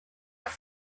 have